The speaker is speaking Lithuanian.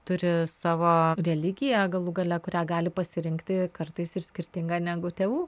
turi savo religiją galų gale kurią gali pasirinkti kartais ir skirtingą negu tėvų